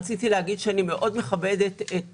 רציתי להגיד שאני מאוד מכבדת את